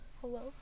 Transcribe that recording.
Hello